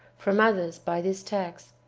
from others by this tax,